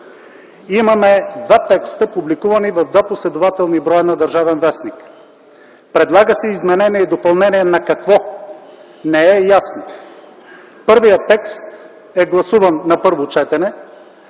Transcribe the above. имаме два текста, публикувани в два последователни броя на „ Държавен вестник”, предлага се изменение и допълнение на какво? Не е ясно! Първият текст е гласуван на първо четене,